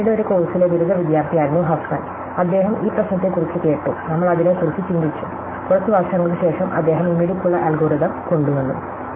ഫാനോയുടെ ഒരു കോഴ്സിലെ ബിരുദ വിദ്യാർത്ഥിയായിരുന്നു ഹഫ്മാൻ അദ്ദേഹം ഈ പ്രശ്നത്തെക്കുറിച്ച് കേട്ടു നമ്മൾ അതിനെക്കുറിച്ച് ചിന്തിച്ചു കുറച്ച് വർഷങ്ങൾക്ക് ശേഷം അദ്ദേഹം ഈ മിടുക്കുള്ള അൽഗോരിതം കൊണ്ടുവന്നു